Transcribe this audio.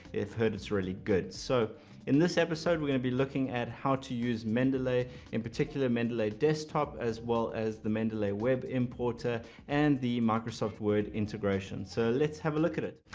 heard it's really good. so in this episode we're going to be looking at how to use mendeley in particular mendeley desktop as well as the mendeley web importer and the microsoft word integration. so let's have a look at it.